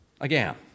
again